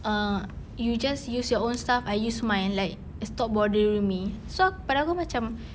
err you just use your own stuff I use mine like stop bothering me so pada aku macam